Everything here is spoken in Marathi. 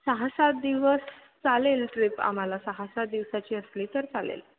सहा सात दिवस चालेल ट्रीप आम्हाला सहा सात दिवसाची असली तर चालेल